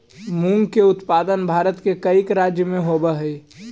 मूंग के उत्पादन भारत के कईक राज्य में होवऽ हइ